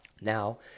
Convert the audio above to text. Now